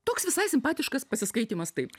toks visai simpatiškas pasiskaitymas taip